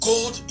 God